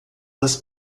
das